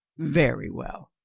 very well.